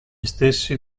stessi